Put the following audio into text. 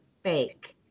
fake